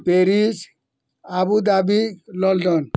Paris Abu Dhabi London